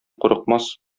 курыкмас